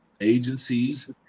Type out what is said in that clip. agencies